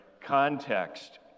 Context